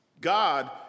God